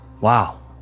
Wow